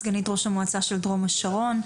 סגנית ראש המועצה של דרום השרון.